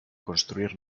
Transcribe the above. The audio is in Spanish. construir